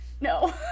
No